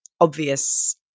obvious